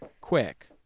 quick